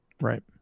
Right